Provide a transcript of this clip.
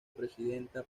presidenta